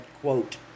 quote